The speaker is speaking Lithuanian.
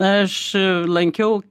aš lankiau